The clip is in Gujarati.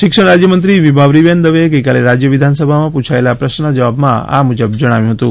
શિક્ષણ રાજ્યમંત્રી વિભાવરીબેન દવેએ ગઇકાલે રાજ્ય વિધાનસભામાં પૂછાયેલા પ્રશ્નના જવાબમાં આ મુજબ જણાવ્યું હતું